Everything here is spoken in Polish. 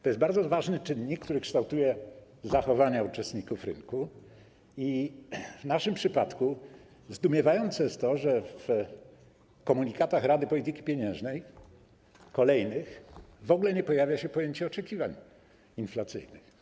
To jest bardzo ważny czynnik, który kształtuje zachowania uczestników rynku i w naszym przypadku zdumiewające jest to, że w kolejnych komunikatach Rady Polityki Pieniężnej w ogóle nie pojawia się pojęcie oczekiwań inflacyjnych.